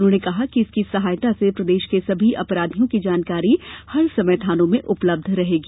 उन्होंने कहा कि इसकी सहायता से प्रदेश के सभी अपराधियों की जानकारी हर समय थानों में उपलब्ध रहेगी